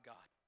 God